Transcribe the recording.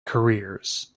careers